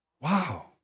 Wow